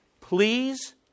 Please